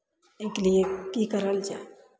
एहिके लिए की करल जाय